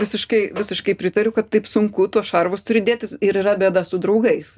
visiškai visiškai pritariu kad taip sunku tuos šarvus turi dėtis ir yra bėda su draugais